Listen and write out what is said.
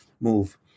move